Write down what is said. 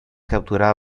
capturada